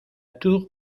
tour